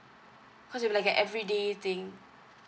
cause it'll be like an everyday thing